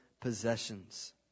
possessions